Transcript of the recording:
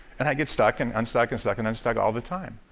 and i get stuck and unstuck, and stuck and unstuck, all the time.